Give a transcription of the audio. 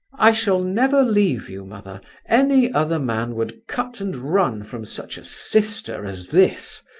i shall never leave you, mother any other man would cut and run from such a sister as this.